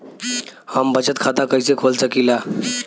हम बचत खाता कईसे खोल सकिला?